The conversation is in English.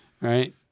Right